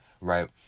right